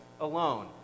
alone